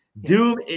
Doom